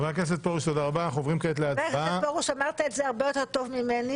חבר הכנסת פרוש, אמרת את זה הרבה יותר טוב ממני.